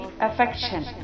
affection